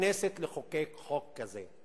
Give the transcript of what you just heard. לכנסת לחוקק חוק כזה.